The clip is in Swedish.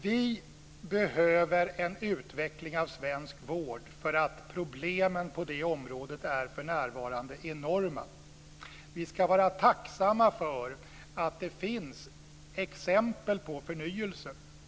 Vi behöver en utveckling av svensk vård därför att problemen på det området för närvarande är enorma. Vi ska vara tacksamma för att det finns exempel på förnyelse.